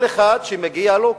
כל אחד שמגיע לו,